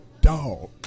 Dog